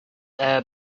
air